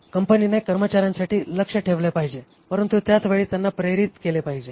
कंपनीने कर्मचार्यांसाठी लक्ष्य ठेवले पाहिजे परंतु त्याच वेळी त्यांना प्रेरित केले पाहिजे